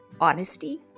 honesty